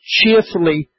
Cheerfully